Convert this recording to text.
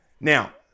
Now